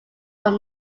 from